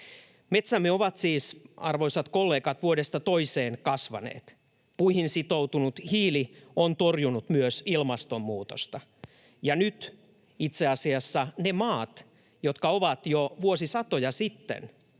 Metsämme ovat siis, arvoisat kollegat, vuodesta toiseen kasvaneet. Puihin sitoutunut hiili on torjunut myös ilmastonmuutosta, ja nyt itse asiassa ne maat, jotka ovat jo vuosisatoja sitten